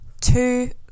Two